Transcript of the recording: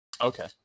Okay